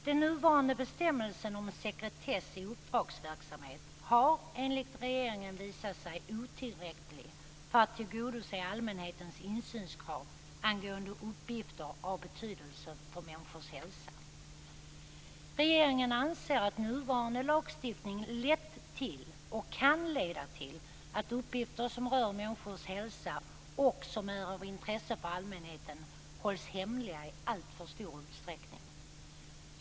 Den nuvarande bestämmelsen om sekretess i uppdragsverksamhet har enligt regeringen visat sig vara otillräcklig för att tillgodose allmänhetens insynskrav angående uppgifter av betydelse för människors hälsa. Regeringen anser att nuvarande lagstiftning lett till och kan leda till att uppgifter som rör människors hälsa och som är av intresse för allmänheten hålls hemliga i alltför stor utsträckning.